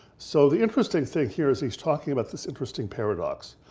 so the interesting thing here is he's talking about this interesting paradox.